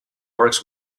works